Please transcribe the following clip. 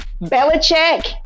Belichick